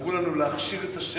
אמרו לנו להכשיר את השרץ,